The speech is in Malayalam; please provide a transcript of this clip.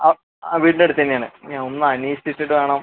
ആ ആ വീട്ടിൻ്റെ അടുത്തുതന്നെ ആണ് ഞാൻ ഒന്ന് അന്വേഷിച്ചിട്ട് വേണം